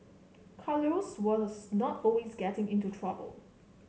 Carlos was not always getting into trouble